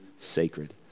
sacred